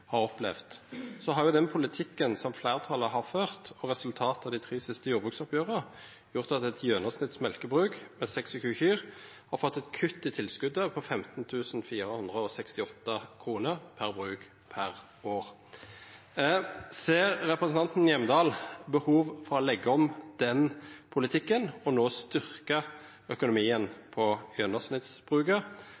har opplevd, har politikken som fleirtalet har ført, og resultata av dei tre siste jordbruksoppgjera, gjort at eit gjennomsnitts mjølkebruk med 26 kyr har fått eit kutt i tilskotet på 15 468 kr per bruk per år. Ser representanten Hjemdal behov for å leggja om den politikken og no styrkja økonomien